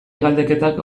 galdeketak